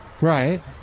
Right